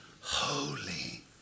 holy